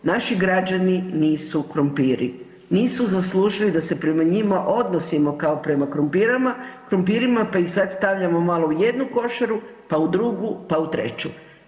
Naši građani nisu krumpiri, nisu zaslužili da se prema njima odnosimo kao prema krumpirima, pa ih sad stavljamo malo u jednu košaru, pa u drugu, pa u treću.